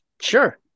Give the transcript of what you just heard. Sure